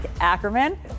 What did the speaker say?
Ackerman